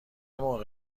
موقع